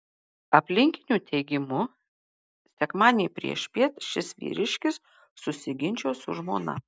aplinkinių teigimu sekmadienį priešpiet šis vyriškis susiginčijo su žmona